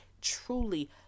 truly